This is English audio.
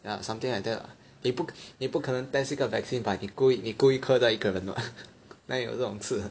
ya something like that lah 你不你不可能 test 这个 vaccine by 你故意咳在一个人 [what] 哪里有这种事